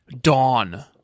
Dawn